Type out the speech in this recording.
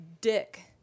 dick